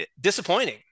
disappointing